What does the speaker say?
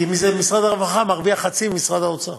כי במשרד הרווחה הוא מרוויח חצי מבמשרד האוצר.